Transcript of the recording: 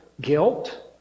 guilt